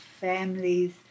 families